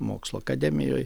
mokslo akademijoj